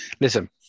Listen